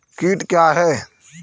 कीट क्या है?